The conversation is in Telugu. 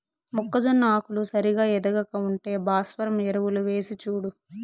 మొక్కజొన్న ఆకులు సరిగా ఎదగక ఉంటే భాస్వరం ఎరువులు వేసిచూడు